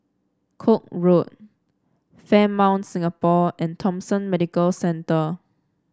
Koek Road Fairmont Singapore and Thomson Medical Centre